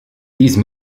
these